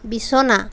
বিছনা